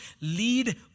lead